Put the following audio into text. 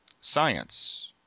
science